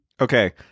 okay